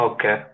Okay